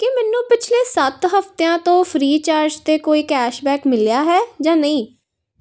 ਕੀ ਮੈਨੂੰ ਪਿਛਲੇ ਸੱਤ ਹਫਤਿਆਂ ਤੋਂ ਫ੍ਰੀਚਾਰਜ 'ਤੇ ਕੋਈ ਕੈਸ਼ਬੈਕ ਮਿਲਿਆ ਹੈ ਜਾਂ ਨਹੀਂ